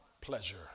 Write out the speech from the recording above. pleasure